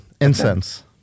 Incense